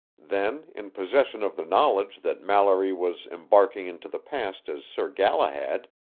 then, in possession of the knowledge that mallory was embarking into the past as sir galahad,